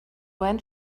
when